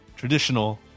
traditional